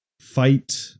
fight